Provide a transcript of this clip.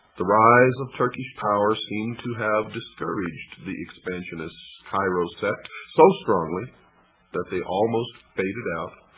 the rise of turkish power seemed to have discouraged the expansionist cairo sect so strongly that they almost faded out,